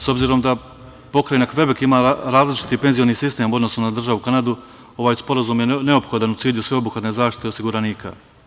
S obzirom da pokrajina Kvebek ima različit penzioni sistem u odnosu na državu Kanadu, ovaj sporazum je neophodan u cilju sveobuhvatne zaštite osiguranika.